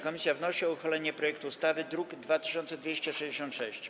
Komisja wnosi o uchwalenie projektu ustawy z druku nr 2266.